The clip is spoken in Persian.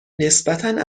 نسبتا